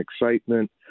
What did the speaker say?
excitement